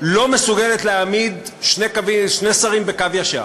לא מסוגלת להעמיד שני שרים בקו ישר,